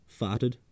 farted